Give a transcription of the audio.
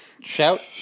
shout